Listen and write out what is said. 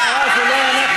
זה לא נוגע